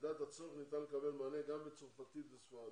ובמידת הצורך ניתן לקבל מענה גם בצרפתית וספרדית.